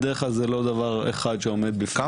בדרך כלל זה לא דבר אחד.